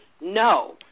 No